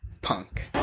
Punk